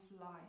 life